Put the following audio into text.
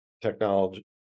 technology